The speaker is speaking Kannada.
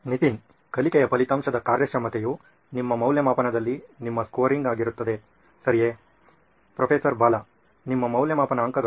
ನಿತಿನ್ ಕಲಿಕೆಯ ಫಲಿತಾಂಶದ ಕಾರ್ಯಕ್ಷಮತೆಯು ನಿಮ್ಮ ಮೌಲ್ಯಮಾಪನದಲ್ಲಿ ನಿಮ್ಮ ಸ್ಕೋರಿಂಗ್ ಆಗಿರುತ್ತದೆ ಸರಿಯೇ ಪ್ರೊಫೆಸರ್ ಬಾಲಾ ನಿಮ್ಮ ಮೌಲ್ಯಮಾಪನ ಅಂಕಗಳು